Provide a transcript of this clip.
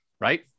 Right